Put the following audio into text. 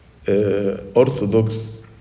Orthodox